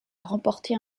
remporter